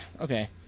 Okay